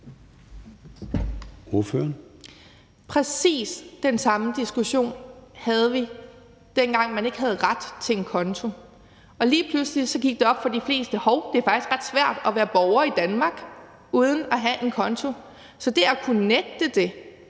Præcis den samme diskussion havde vi, dengang man ikke havde ret til en konto, og lige pludselig gik det op for de fleste, at hov, det er faktisk ret svært at være borger i Danmark uden at have en konto. Så det, at man kunne nægte det